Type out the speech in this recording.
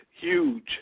huge